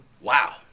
Wow